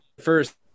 first